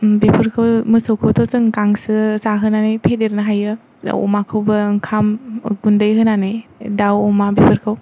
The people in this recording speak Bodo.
ओम बेफोरखौ मोसौखौथ' जों गांसो जाहोनानै फेदेरनो हायो अमाखौबो ओंखाम गुन्दै होनानै दाउ अमा बेफोरखौ